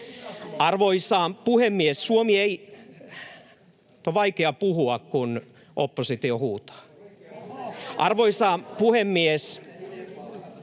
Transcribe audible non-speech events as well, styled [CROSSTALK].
Arvoisa puhemies! Suomi ei... [NOISE] — Vaikea puhua, kun oppositio huutaa. — Arvoisa puhemies!